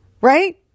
Right